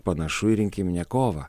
panašu į rinkiminę kovą